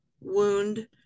wound